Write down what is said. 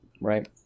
right